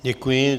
Děkuji.